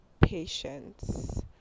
patience